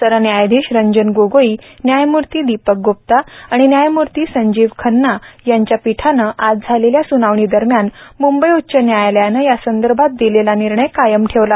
सरन्यायाधीश रंजन गोगोई न्यायमूर्ती दीपक गुप्ता आणि न्यायमूर्ती संजीव खन्ना यांच्या पीठानं आज झालेल्या स्नावणी दरम्यान म्ंबई उच्च न्यायालयानं या संदर्भात दिलेला निर्णय कायम ठेवला